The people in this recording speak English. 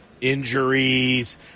injuries